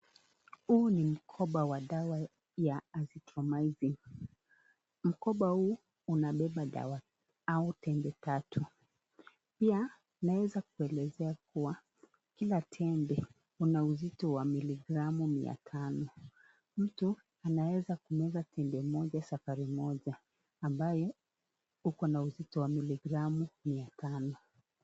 Huu ni mkoba wa dawa ya ( altromaisis ) .Mkoba huu unabeba dawa au tembe tatu . Pia naweza kuelezea kuwa kila tembe una uzito Wa miligramu mia Tano. Mtu anaweza kumeza tembe moja safari moja ambayo huko na uzito wa miligramu mia tano.